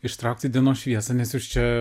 ištraukt į dienos šviesą nes jūs čia